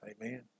Amen